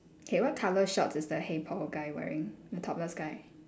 okay what colour shorts is the hey paul guy wearing the topless guy